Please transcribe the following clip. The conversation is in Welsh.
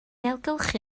ailgylchu